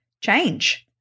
change